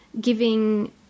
giving